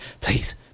please